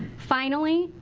finally,